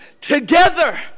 together